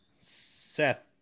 Seth